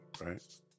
right